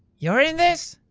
you're in this?